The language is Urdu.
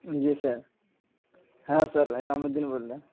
جی سر ہاں سر انعام الدین بول رہے ہیں